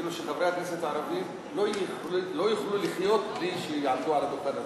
כאילו חברי הכנסת הערבים לא יוכלו לחיות בלי שיעמדו על הדוכן הזה.